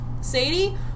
Sadie